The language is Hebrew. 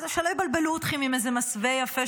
שלא יבלבלו אתכם עם איזה מסווה יפה,